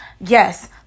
yes